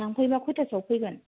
लांफैबा खयथासेआव फैगोन